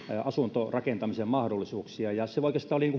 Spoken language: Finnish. asuntorakentamisen mahdollisuuksia ja se oli